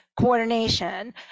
coordination